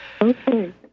Okay